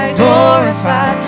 glorify